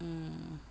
mm